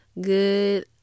good